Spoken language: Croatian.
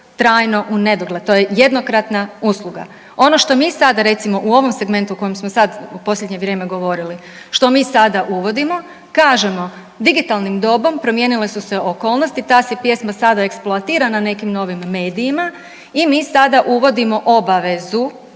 trajno unedogled, to je jednokratna usluga. Ono što mi sada, recimo u ovom segmentu u kojem smo sad u posljednje vrijeme govorili, što mi sada uvodimo kažemo digitalnim dobom promijenile su se okolnosti, ta se pjesma sada eksploatira na nekim novim medijima i mi sada uvodimo obavezu,